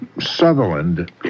Sutherland